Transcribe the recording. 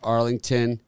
Arlington